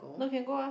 no you can go ah